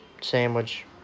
sandwich